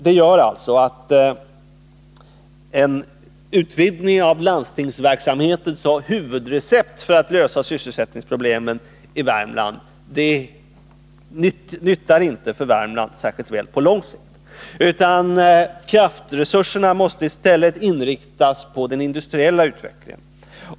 Det gör att en utvidgning av landstingsverksamheten som huvudrecept för att lösa sysselsättningsproblemen i Värmland inte gagnar Värmland särskilt väl på lång sikt. Kraftresurserna måste i stället inriktas på den industriella utvecklingen.